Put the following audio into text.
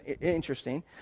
interesting